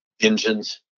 engines